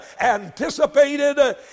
anticipated